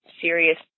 serious